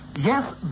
Yes